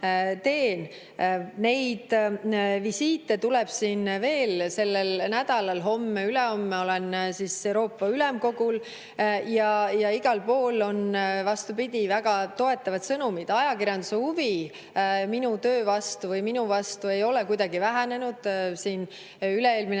Neid visiite tuleb siin veel sellel nädalal. Homme-ülehomme olen Euroopa Ülemkogul. Igal pool on, vastupidi, väga toetavad sõnumid. Ajakirjanduse huvi minu töö vastu või minu vastu ei ole kuidagi vähenenud. Üle-eelmine